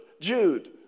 Jude